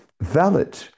valid